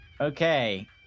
Okay